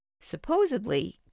Supposedly